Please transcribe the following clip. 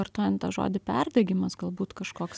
vartojant tą žodį perdegimas galbūt kažkoks